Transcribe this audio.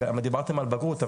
דיברתם על בגרות,